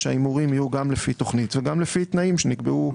גם אם